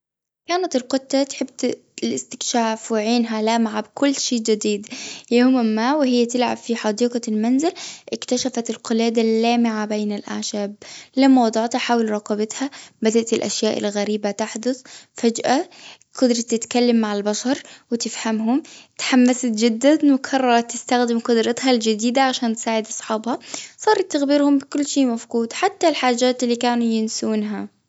كانت القطة تحب الاستكشاف، وعينها لامعة بكل شي جديد. يوماً ما، وهي تلعب في حديقة المنزل، اكتشفت القلادة اللامعة بين الأعشاب. لما وضعتها حول رقبتها، بدأت الأشياء الغريبة تحدث. فجأة، قدرت تتكلم مع البشر وتفهمهم، اتحمست جداً، وقررت تستخدم قدرتها الجديدة، عشان تساعد أصحابها. صارت تخبرهم بكل شي مفقود، حتى الحاجات اللي كانوا ينسونها.